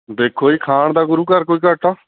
ਦੇਖੋ ਜੀ ਖਾਣ ਦਾ ਗੁਰੂ ਘਰ ਕੋਈ ਘਾਟਾ